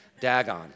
Dagon